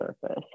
surface